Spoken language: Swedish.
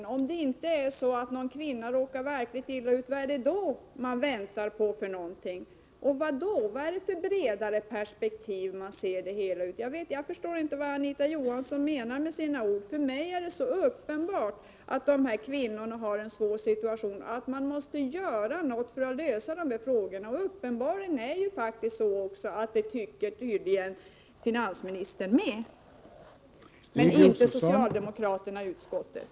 Men om man inte väntar på att någon kvinna skall råka illa ut, vad väntar man då på? Och vad menas med att se saken från ett bredare perspektiv? Jag förstår inte vad Anita Johansson menar med sina ord. För mig är det så uppenbart att dessa kvinnor har en svår situation och att man måste göra något för att lösa dessa frågor. Uppenbarligen tycker finansminstern det också, men inte socialdemokraterna i utskottet.